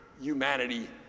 humanity